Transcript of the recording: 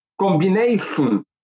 combination